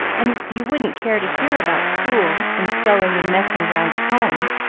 and you wouldn't care to hear about school, and sewing, and messing round at home.